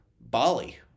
Bali